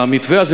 המתווה הזה,